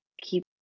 keep